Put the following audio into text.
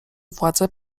władze